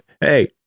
hey